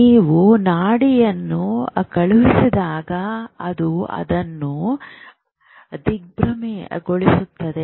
ನೀವು ನಾಡಿಯನ್ನು ಕಳುಹಿಸಿದಾಗ ಅದು ಅವರನ್ನು ದಿಗ್ಭ್ರಮೆಗೊಳಿಸುತ್ತದೆ